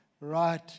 right